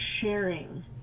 sharing